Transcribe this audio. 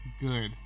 good